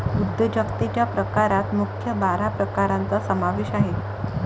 उद्योजकतेच्या प्रकारात मुख्य बारा प्रकारांचा समावेश आहे